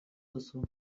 duzu